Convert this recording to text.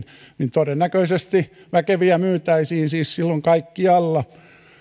todennäköisesti väkeviä myytäisiin siis silloin kaikkialla